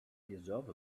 deserve